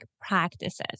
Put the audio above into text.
practices